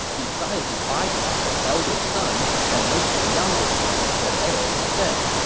decided to bypass their elder sons and make their younger sons their heir instead.